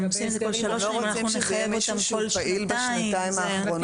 אתם לא רוצים שזה יהיה מישהו שהוא פעיל בשנתיים האחרונות?